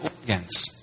organs